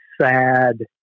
sad